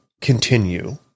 continue